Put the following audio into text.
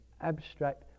abstract